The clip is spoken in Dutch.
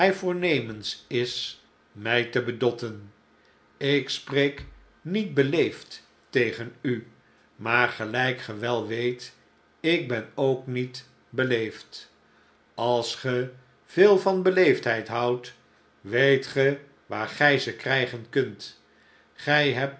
voornemens is mij te bedotten ik spreek niet beleefd tegen u maar gelijk ge wel weet ik ben ook niet beleefd als ge veel van beleefdheid houdt weet ge waar gij ze krijgen kunt gij hebt